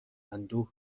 اندوه